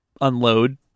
unload